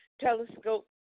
Telescope